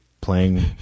playing